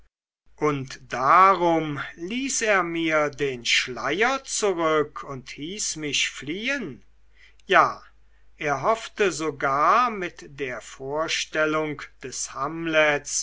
und darum ließ er mir den schleier zurück und hieß mich fliehen ja er hoffte sogar mit der vorstellung des hamlets